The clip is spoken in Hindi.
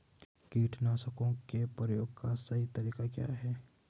कीटनाशकों के प्रयोग का सही तरीका क्या है?